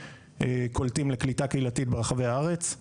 קולטים לקליטה קהילתית ברחבי הארץ.